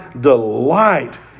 delight